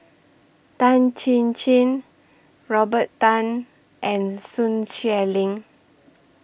Tan Chin Chin Robert Tan and Sun Xueling